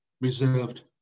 reserved